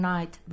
Night